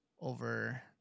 over